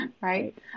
Right